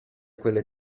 quelle